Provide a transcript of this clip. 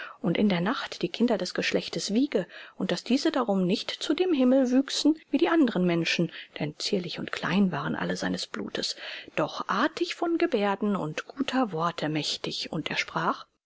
und in der nacht die kinder des geschlechtes wiege und daß diese darum nicht zu dem himmel wüchsen wie die anderen menschen denn zierlich und klein waren alle seines blutes doch artig von gebärden und guter worte mächtig und er sprach